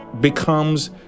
becomes